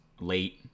Late